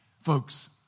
Folks